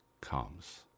comes